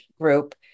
group